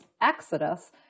Exodus